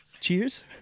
cheers